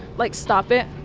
like stop it.